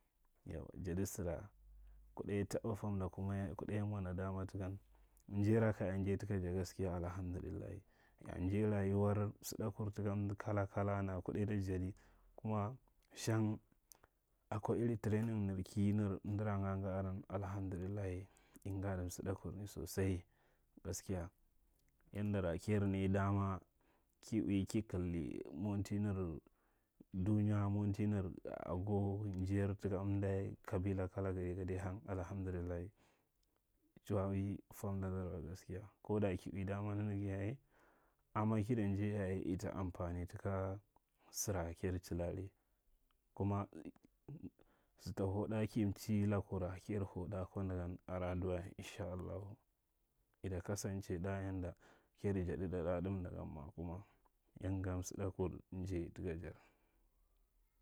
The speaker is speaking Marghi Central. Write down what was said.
Yauwa, jadi sara kuɗa ya taɓa fwamda, kuma yo, kuɗa ya mwa nadama takan. Jaira kaya njai taka ja gaskiya alhamdullahi. Njair rayuwar msiɗakur taka mda kala kala nara kuɗa ita jadi kuma shang akwa iri training nir ki nir amdara nga- nga aran alhamdulillahi inngada msaɗa kur ni sosai. Gaskiya yandara kajari nai dama ki ui, ki kildi menti nir dunya, monti nir ago, monti nir njai taka amda kabila kala gade gade hang alhamdulillahi. a chuwa ui fwandadar wa gaskiya. Ko da ki ui dama nanaga yaye, ama kinjai. Yaye, ita mwa amfani taka sara ta hau ɗa ki mchi lakura kajar hau ɗa ada adiwa. Ishallahu ita kasance ɗa yanda kaja jadiɗa ɗa ɗamda gan ma kuma ya nga msiɗa kun njai taka jar.